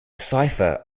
cipher